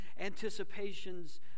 anticipations